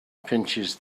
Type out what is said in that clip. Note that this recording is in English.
pinches